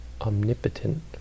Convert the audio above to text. omnipotent